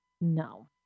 No